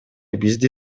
бизди